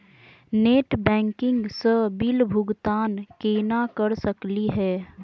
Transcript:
Net banking स बिल भुगतान केना कर सकली हे?